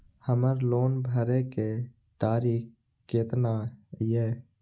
हमर लोन भरे के तारीख केतना ये?